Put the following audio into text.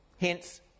Hence